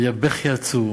היה בכי עצור,